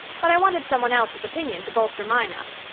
but i wanted some one else's opinion to bolster mine up.